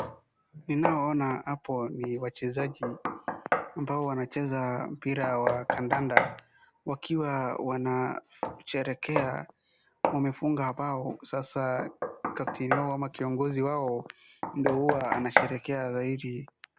Ninaona hapo ni wachezaji ambao wanacheza mpira wa kandanda wakiwa wanasherekea wamefunga bao sasa kapteni wao au kiongozi wao ndio huwa anasherekea zaidi.